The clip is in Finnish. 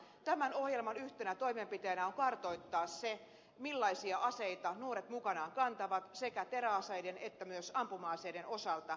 tämän ohjelman yhtenä toimenpiteenä on kartoittaa se millaisia aseita nuoret mukanaan kantavat sekä teräaseiden että myös ampuma aseiden osalta